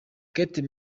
kate